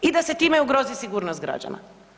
I da se time ugrozi sigurnost građana.